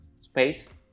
space